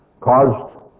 caused